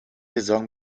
saison